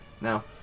Now